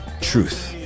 truth